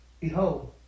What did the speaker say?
Behold